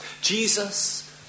Jesus